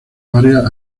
varias